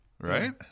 Right